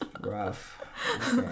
rough